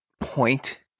point